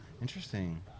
Interesting